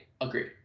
agree